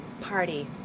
party